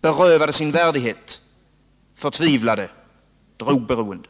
berövade sin värdighet, förtvivlade, drogberoende.